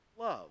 Love